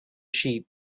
sheep